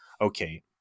okay